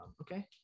Okay